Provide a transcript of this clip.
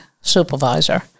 supervisor